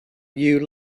you